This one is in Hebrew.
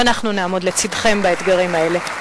ואנחנו נעמוד לצדכם באתגרים האלה.